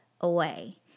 away